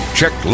Check